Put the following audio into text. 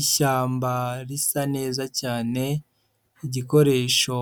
Ishyamba risa neza cyane, igikoresho